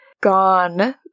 gone